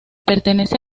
pertenece